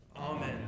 Amen